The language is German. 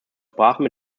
sprachen